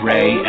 Ray